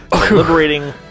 Liberating